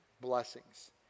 blessings